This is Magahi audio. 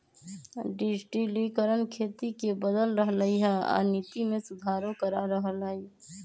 डिजटिलिकरण खेती के बदल रहलई ह आ नीति में सुधारो करा रह लई ह